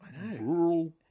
rural